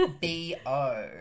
b-o